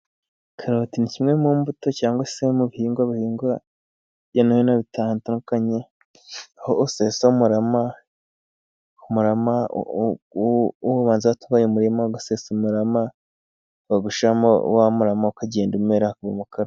Karoti ni kimwe mu mbuto cyangwa se mu bihingwa bihingwa hirya no hino bitatandukanye, aho usesa umurama, umurama ubanza watunganya umurima, ugasesa umurama bagashyiramo wa muramu ukagenda umera....